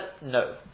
no